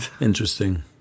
Interesting